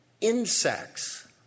Insects